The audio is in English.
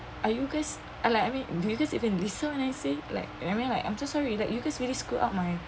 are you guys uh like I mean do you just even listen when I say like you know I mean like I'm so sorry that you guy really screwed up my